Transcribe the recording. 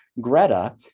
Greta